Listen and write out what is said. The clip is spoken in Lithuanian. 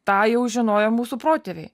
tą jau žinojo mūsų protėviai